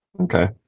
okay